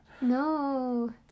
no